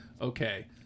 Okay